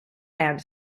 and